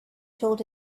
told